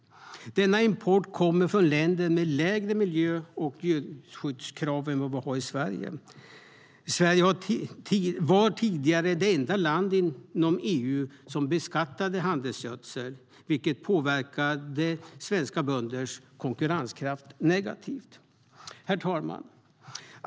Denna import kommer från länder med lägre miljö och djurskyddskrav än vi har i Sverige. Sverige var tidigare det enda land inom EU som beskattade handelsgödsel, vilket påverkade svenska bönders konkurrenskraft negativt. Herr talman!